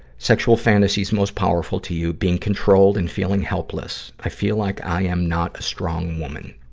sexual fantasies most powerful to you being controlled and feeling helpless. i feel like i am not a strong woman.